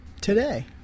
today